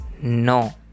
No